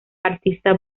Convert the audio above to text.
artista